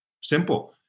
Simple